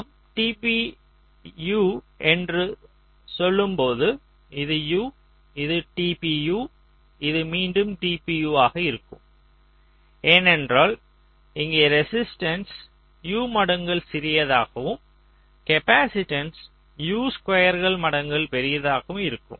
நாம் tpU என்று சொல்லும் போது இது U இது tpU இது மீண்டும் tpU ஆக இருக்கும் ஏனென்றால் இங்கே ரெசிஸ்டன்ஸ் U மடங்குகள் சிறியதாகவும் காப்பாசிட்டன்ஸ் U2 மடங்குகள் பெரியதாகவும் இருக்கும்